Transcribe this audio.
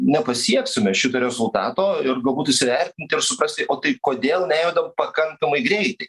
nepasieksime šito rezultato ir galbūt įsivertinti ir suprasti o tai kodėl nejudam pakankamai greitai